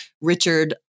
Richard